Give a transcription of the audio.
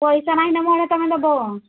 ପଇସା ନାହିଁ ତୁମେ ଦେବ